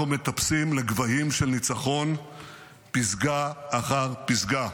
מטפסים לגבהים של ניצחון פסגה אחר פסגה.